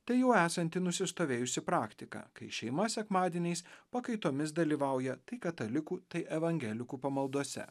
tai jau esanti nusistovėjusi praktika kai šeima sekmadieniais pakaitomis dalyvauja tai katalikų tai evangelikų pamaldose